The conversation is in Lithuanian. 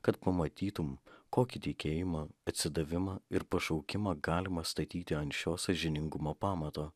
kad pamatytum kokį tikėjimą atsidavimą ir pašaukimą galima statyti ant šio sąžiningumo pamato